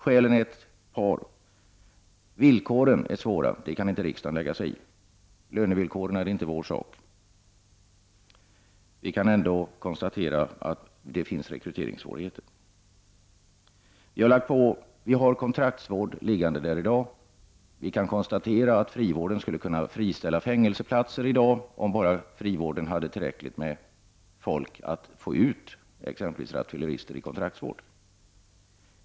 Skälen är ett par: Villkoren är svåra, men det kan inte riksdagen lägga sig i; lönevillkoren är inte vår sak. Vi kan ändå konstatera att det finns rekryteringssvårigheter. Vi har kontraktsvård på detta område i dag, och vi kan konstatera att frivården skulle kunna friställa fängelseplatser om bara frivården hade tillräckligt med folk för att få ut exempelvis rattfyllerister i kontraktsvård.